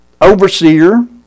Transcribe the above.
overseer